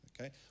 Okay